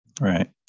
right